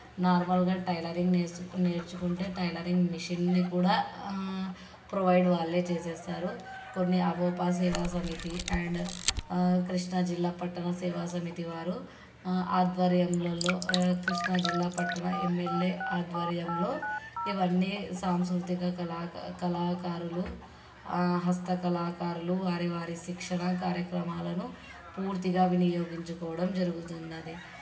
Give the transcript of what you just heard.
నార్మల్గా టైలరింగ్ నేర్చు నేర్చుకుంటే టైలరింగ్ మిషన్ని కూడా ప్రొవైడ్ వాళ్ళే చేసేస్తారు కొన్ని అవోపా సేవా సమితి అండ్ కృష్ణాజిల్లా పట్టణ సేవా సమితి వారు ఆధ్వర్యంలలో కృష్ణాజిల్లా పట్టణ ఎంఎల్ఏ ఆధ్వర్యంలో ఇవన్నీ సాంస్కృతిక కళాకా కళాకారులు హస్త కళాకారులు వారి వారి శిక్షణా కార్యక్రమాలను పూర్తిగా వినియోగించుకోవడం జరుగుతున్నది